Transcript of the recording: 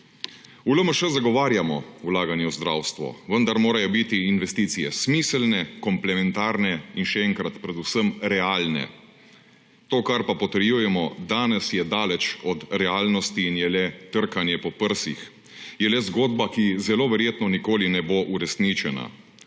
V LMŠ zagovarjamo vlaganje v zdravstvo, vendar morajo biti investicije smiselne, komplementarne in – še enkrat – predvsem realne. To, kar pa potrjujemo danes, je daleč od realnosti in je le trkanje po prsih. Je le zgodba, ki zelo verjetno nikoli ne bo uresničena.